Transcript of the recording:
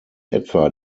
etwa